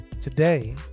Today